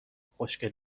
خوشگل